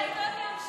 ההסתייגות (50) לפני סעיף